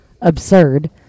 absurd